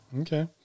Okay